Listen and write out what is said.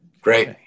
Great